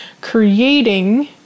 creating